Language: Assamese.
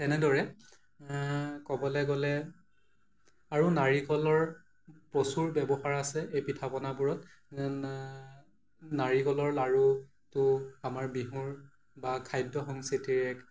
তেনেদৰে ক'বলৈ গ'লে আৰু নাৰিকলৰ প্ৰচুৰ ব্যৱহাৰ আছে এই পিঠা পনাবোৰত নাৰিকলৰ লাৰুটো আমাৰ বিহুৰ বা খাদ্য সংস্কৃতিৰ এক